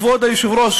כבוד היושב-ראש,